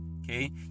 okay